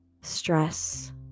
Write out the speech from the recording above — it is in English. stress